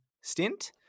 stint